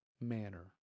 manner